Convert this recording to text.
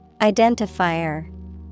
Identifier